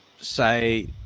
say